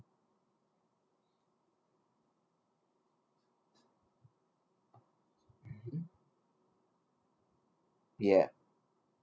yup